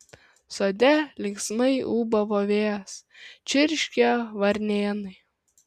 sode linksmai ūbavo vėjas čirškė varnėnai